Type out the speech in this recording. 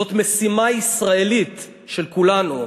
זאת משימה ישראלית, של כולנו.